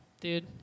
dude